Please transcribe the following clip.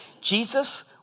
Jesus